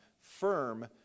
firm